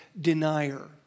denier